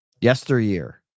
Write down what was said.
yesteryear